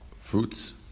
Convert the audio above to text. fruits